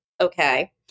Okay